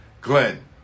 Glenn